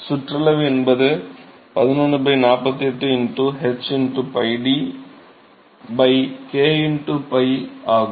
சுற்றளவு என்பது 11 48 h 𝞹 d k 𝞹 ஆகும்